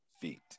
feet